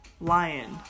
lion